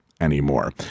anymore